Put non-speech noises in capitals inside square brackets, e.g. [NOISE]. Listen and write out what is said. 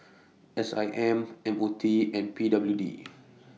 [NOISE] S I M M O T and P W D [NOISE]